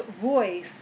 voice